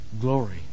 Glory